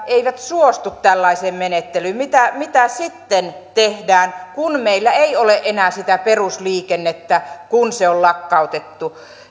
suostuisivat tällaiseen menettelyyn mitä mitä sitten tehdään kun meillä ei ole enää sitä perusliikennettä kun se on lakkautettu